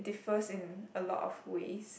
differs in a lot of ways